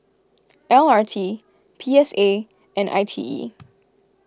L R T P S A and I T E